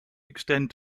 extend